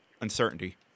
uncertainty